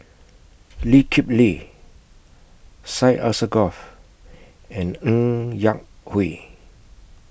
Lee Kip Lee Syed Alsagoff and Ng Yak Whee